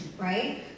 right